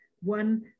one